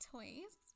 Toys